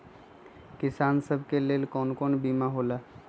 किसान सब के लेल कौन कौन सा बीमा होला?